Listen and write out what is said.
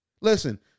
Listen